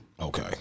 Okay